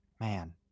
man